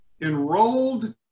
enrolled